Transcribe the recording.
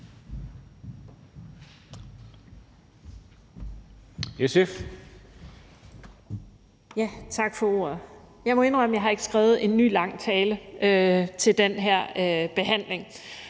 Tak for ordet. Jeg må indrømme, at jeg ikke har skrevet en ny lang tale til den her behandling,